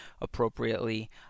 appropriately